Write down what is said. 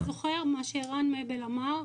אם אתה זוכר מה שערן מבל אמר,